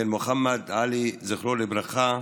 בן מוחמד עלי, זכרו לברכה,